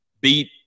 beat